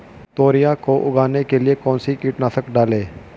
तोरियां को उगाने के लिये कौन सी कीटनाशक डालें?